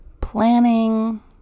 planning